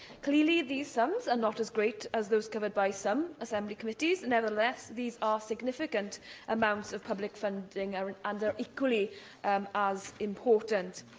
clearly, these sums are not as great as those covered by some assembly committees. nevertheless, these are significant amounts of public funding and are and and equally um as important.